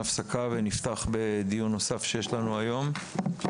הפסקה ונפתח בדיון נוסף שיש לנו היום.